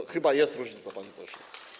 No chyba jest różnica, panie pośle.